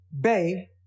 Bay